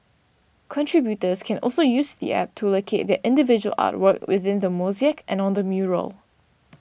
contributors can also use the app to locate their individual artwork within the mosaic and on the mural